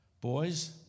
boys